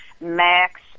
Max